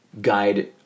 guide